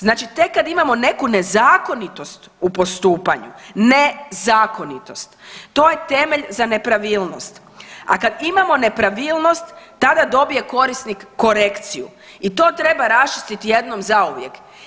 Znači tek kad imamo neku nezakonitost u postupanju, nezakonitost to je temelj za nepravilnost, a kada imamo nepravilnost tada dobije korisnik korekciju i to treba raščistiti jednom zauvijek.